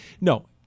No